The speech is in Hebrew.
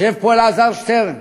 יושב פה אלעזר שטרן,